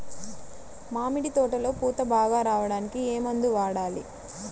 మామిడి తోటలో పూత బాగా రావడానికి ఏ మందు వాడాలి?